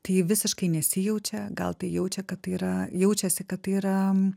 tai visiškai nesijaučia gal tai jaučia kad tai yra jaučiasi kad tai yra